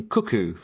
Cuckoo